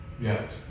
Yes